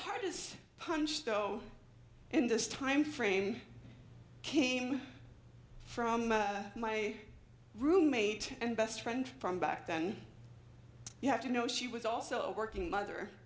hardest punch though in this timeframe came from my roommate and best friend from back then you have to know she was also a working mother